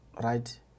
right